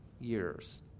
years